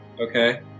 Okay